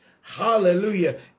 Hallelujah